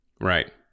right